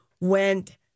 went